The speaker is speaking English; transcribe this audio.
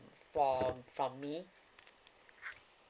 from from me